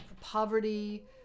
poverty